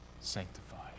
sanctified